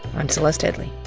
i'm celeste headlee.